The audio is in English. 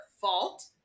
fault